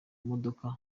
modoka